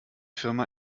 firma